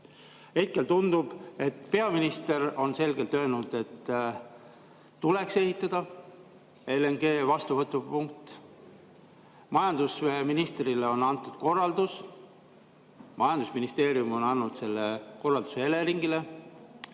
tundub, et peaminister on selgelt öelnud, et tuleks ehitada LNG vastuvõtu punkt. Majandusministrile on antud korraldus. Majandusministeerium on andnud korralduse Eleringile.